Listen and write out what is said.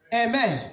Amen